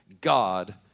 God